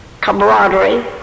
camaraderie